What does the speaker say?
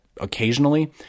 occasionally